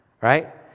right